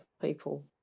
people